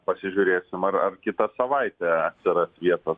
pasižiūrėsim ar ar kitą savaitę atsiras vietos